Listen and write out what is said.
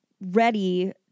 ready